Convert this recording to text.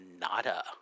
nada